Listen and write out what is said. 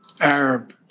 Arab